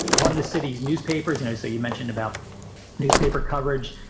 one of the city's newspapers and i say you mentioned about newspaper coverage.